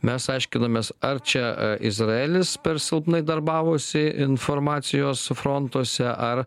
mes aiškinomės ar čia izraelis per silpnai darbavosi informacijos frontuose ar